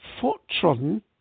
foot-trodden